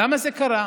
למה זה קרה?